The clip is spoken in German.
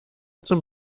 zum